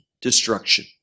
destruction